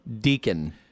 Deacon